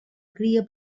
cria